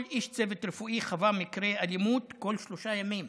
כל איש צוות רפואי חווה מקרה אלימות בכל שלושה ימים.